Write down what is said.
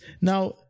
Now